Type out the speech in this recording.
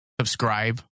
subscribe